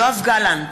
יואב גלנט,